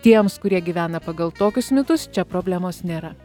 tiems kurie gyvena pagal tokius mitus čia problemos nėra